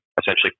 essentially